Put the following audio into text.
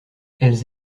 elles